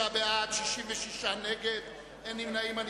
43 בעד, 66 נגד, אין נמנעים.